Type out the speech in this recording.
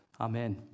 Amen